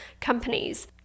companies